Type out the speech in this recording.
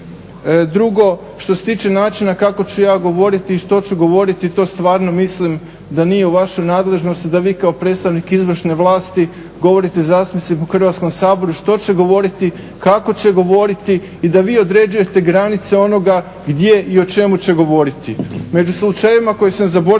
Drugo, što se tiče načina kako ću ja govoriti i što ću govoriti, to stvarno mislim da nije u vašoj nadležnosti da vi kao predstavnik izvršne vlasti govorite zastupniku u Hrvatskom saboru što će govoriti, kako će govoriti i da vi određujete granice onoga gdje i o čemu će govoriti. Među slučajevima koje sam zaboravio